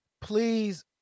please